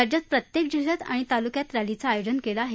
राज्यात प्रत्येक जिल्ह्यात आणि तालुक्यात रॅलीचं आयोजन केलं आहे